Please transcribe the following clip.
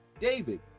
David